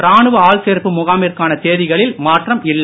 ராணுவ ஆள்சேர்ப்பு முகாமிற்கான தேதிகளில் மாற்றம் இல்லை